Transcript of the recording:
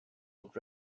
would